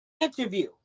interview